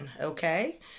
Okay